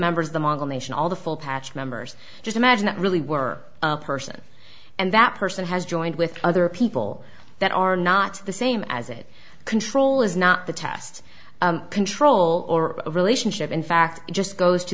members of the mongol nation all the full patch members just imagine that really were a person and that person has joined with other people that are not the same as it control is not the test control or relationship in fact it just goes to